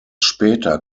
später